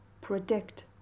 predict